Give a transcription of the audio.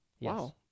Wow